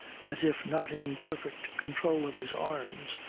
as if not in perfect control of his arms,